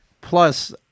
plus